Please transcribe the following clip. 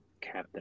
captain